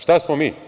Šta smo mi?